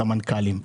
סמנכ"לים.